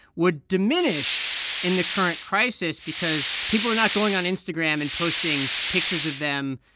would diminish in the current crisis because people are not going on instagram and posting pictures of them,